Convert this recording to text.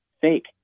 fake